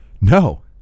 No